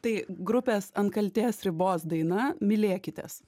tai grupės ant kaltės ribos daina mylėkitės